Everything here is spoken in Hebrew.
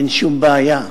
אין שום בעיה.